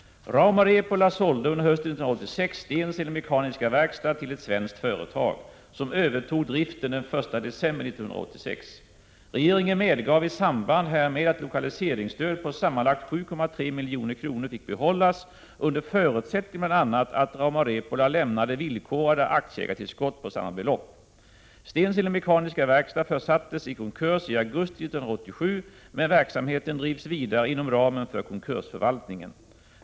Rauma-Repola sålde under hösten 1986 Stensele Mekaniska Verkstad till ett svenskt företag, som övertog driften den 1 december 1986. Regeringen medgav i samband härmed att lokaliseringsstöd på sammanlagt 7,3 milj.kr. fick behållas, under förutsättning bl.a. att Rauma-Repola lämnade villkorade aktieägartillskott på samma belopp. Stensele Mekaniska Verkstad försattes i konkurs i augusti 1987, men verksamheten drivs vidare inom ramen för konkursförvaltningen.